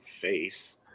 face